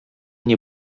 nie